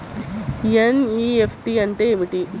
NEFT అంటే ఏమిటి?